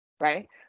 Right